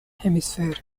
hemisphere